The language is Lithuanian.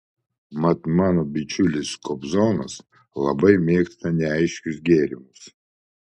mat mano bičiulis kobzonas labai mėgsta neaiškius gėrimus